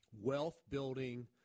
wealth-building